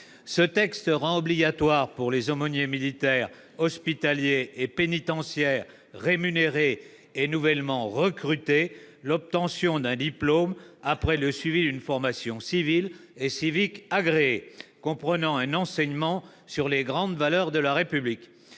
Ce texte rend obligatoire, pour les aumôniers militaires, hospitaliers et pénitentiaires rémunérés et nouvellement recrutés, l'obtention d'un diplôme après le suivi d'une formation civile et civique agréée, comprenant un enseignement sur les grandes valeurs de la République.